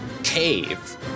cave